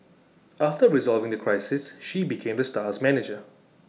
after resolving the crisis she became the star's manager